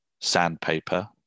sandpaper